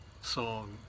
song